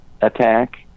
attack